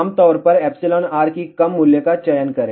आम तौर पर εr की कम मूल्य का चयन करें